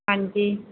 ਹਾਂਜੀ